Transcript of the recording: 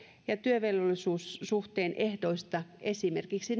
ja työvelvollisuussuhteen ehdoista esimerkiksi